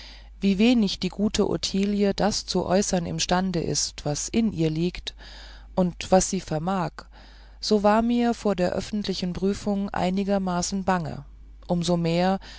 wie wenig die gute ottilie das zu äußern imstande ist was in ihr liegt und was sie vermag so war mir vor der öffentlichen prüfung einigermaßen bange um so mehr